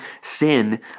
sin